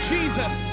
Jesus